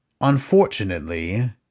unfortunately